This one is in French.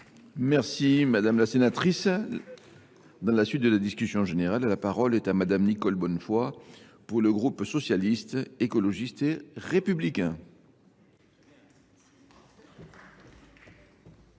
Merci Madame la Sénatrice. Dans la suite de la discussion générale, la parole est à Madame Nicole Bonnefoy pour le groupe socialiste, écologiste et républicain.